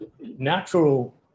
natural